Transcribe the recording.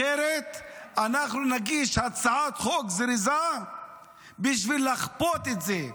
אחרת אנחנו נגיש הצעת חוק זריזה בשביל לכפות את זה,